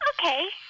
Okay